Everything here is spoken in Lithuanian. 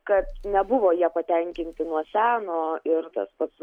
kad nebuvo ja patenkinti nuo seno ir tas pats